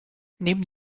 neben